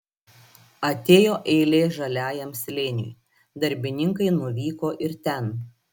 atėjo eilė žaliajam slėniui darbininkai nuvyko ir ten